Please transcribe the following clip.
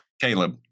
Caleb